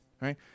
right